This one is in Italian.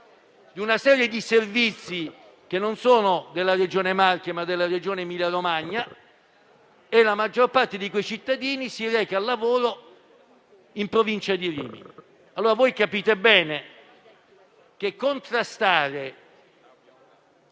di una serie di servizi che non sono della Regione Marche, ma della regione Emilia-Romagna, e la maggior parte dei cittadini si reca al lavoro in provincia di Rimini. Voi capite bene che contrastare